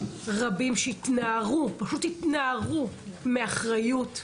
רבים שפשוט התנערו מאחריות,